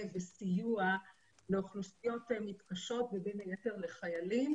וסיוע לאוכלוסיות מתקשות ובין היתר לחיילים